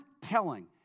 telling